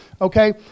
Okay